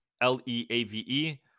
L-E-A-V-E